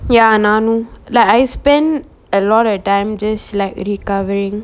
ya நானும்:nanum like I spend a lot of time just like recovering